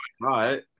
right